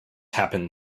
happened